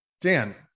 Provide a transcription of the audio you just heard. Dan